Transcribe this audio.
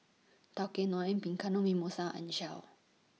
Tao Kae Noi Bianco Mimosa and Shell